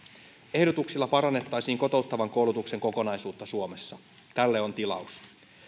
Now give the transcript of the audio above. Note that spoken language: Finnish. ehdotuksilla parannettaisiin kotouttavan koulutuksen kokonaisuutta suomessa tälle on tilaus